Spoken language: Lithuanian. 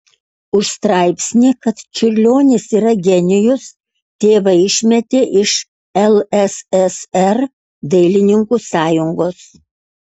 už straipsnį kad čiurlionis yra genijus tėvą išmetė iš lssr dailininkų sąjungos